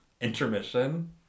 Intermission